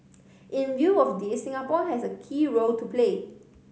in view of this Singapore has a key role to play